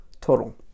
total